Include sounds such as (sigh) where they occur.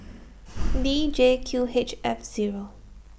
(noise) D J Q H F Zero